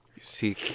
See